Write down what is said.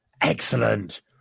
Excellent